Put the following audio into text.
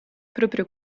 proprio